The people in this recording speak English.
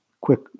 quick